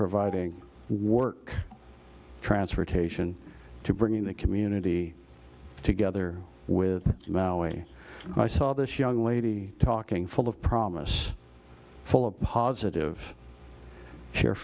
providing work transportation to bringing the community together with maui and i saw this young lady talking full of promise full of positive care